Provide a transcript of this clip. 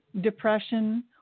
depression